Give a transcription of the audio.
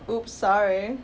!oops! sorry